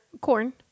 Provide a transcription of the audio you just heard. corn